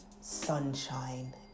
sunshine